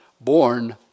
born